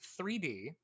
3D